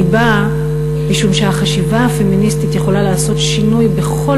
אני באה משום שהחשיבה הפמיניסטית יכולה לעשות שינוי בכל